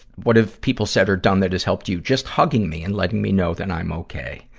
what have people said or done that has helped you? just hugging me and letting me know that i'm okay.